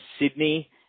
Sydney